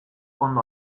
ondo